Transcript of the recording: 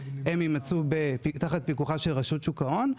יימצאו תחת פיקוחה של רשות שוק ההון,